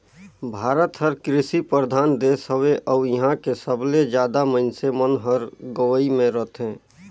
भारत हर कृसि परधान देस हवे अउ इहां के सबले जादा मनइसे मन हर गंवई मे रथें